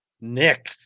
Nick